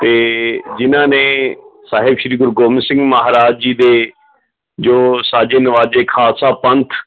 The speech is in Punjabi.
ਅਤੇ ਜਿਨ੍ਹਾਂ ਨੇ ਸਾਹਿਬ ਸ਼੍ਰੀ ਗੁਰੂ ਗੋਬਿੰਦ ਸਿੰਘ ਮਹਾਰਾਜ ਜੀ ਦੇ ਜੋ ਸਾਜੇ ਨਿਵਾਜੇ ਖਾਲਸਾ ਪੰਥ